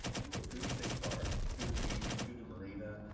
you can go through the state park, to the beach, to the marina.